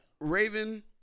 Raven